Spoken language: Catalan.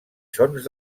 sons